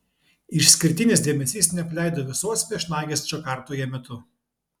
išskirtinis dėmesys neapleido visos viešnagės džakartoje metu